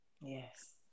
yes